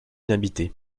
inhabité